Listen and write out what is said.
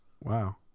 Wow